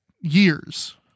years